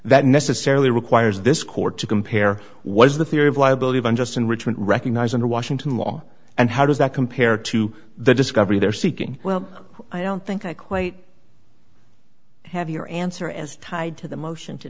that necessarily requires this court to compare what is the theory of liability of unjust enrichment recognized under washington law and how does that compare to the discovery they're seeking well i don't think i quite have your answer as tied to the motion to